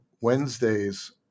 Wednesday's